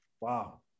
Wow